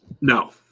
No